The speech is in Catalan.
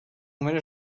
moment